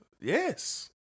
Yes